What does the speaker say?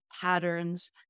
patterns